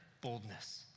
boldness